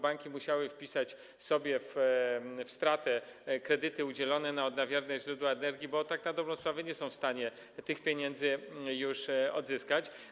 Banki musiały wpisać sobie w stratę kredyty udzielone na odnawialne źródła energii, bo tak na dobrą sprawę nie są w stanie tych pieniędzy już odzyskać.